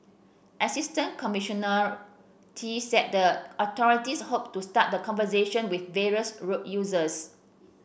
Assistant Commissioner Tee said the authorities hoped to start the conversation with various road users